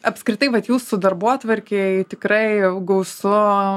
apskritai vat jūsų darbotvarkė tikrai gausu